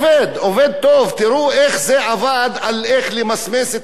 תראה איך זה עבד על מסמוס המחאה החברתית,